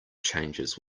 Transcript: changes